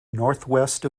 northwest